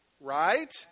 Right